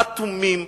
אטומים,